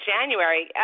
January